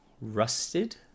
rusted